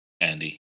Andy